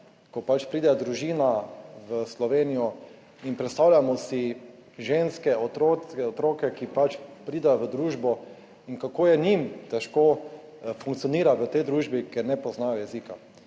ko pride družina v Slovenijo in predstavljamo si ženske, otroke, otroke, ki pač pridejo v družbo in kako je njim težko funkcionira v tej družbi, ker ne poznajo jezika.